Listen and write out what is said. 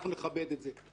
אנחנו נכבד את זה.